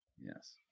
Yes